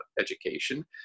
education